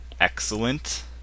excellent